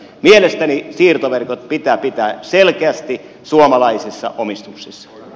mielestäni siirtoverkot pitää pitää selkeästi suomalaisessa omistuksessa